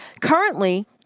Currently